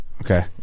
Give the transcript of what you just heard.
okay